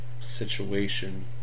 situation